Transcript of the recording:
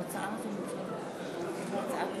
תסגרו את זה עם מזכירת הכנסת.